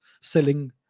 selling